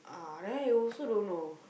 ah there you also don't know